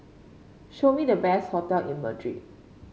show me the best hotel in Madrid